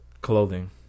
Clothing